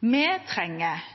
Vi trenger